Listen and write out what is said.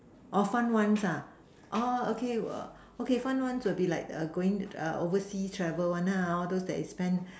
orh fun ones ah orh okay okay fun ones will be like err going err overseas travel one nah all those that is spend